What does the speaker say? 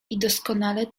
doskonale